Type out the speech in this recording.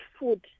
food